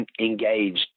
engaged